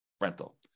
rental